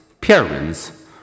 Parents